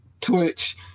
Twitch